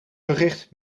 bericht